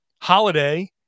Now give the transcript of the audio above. holiday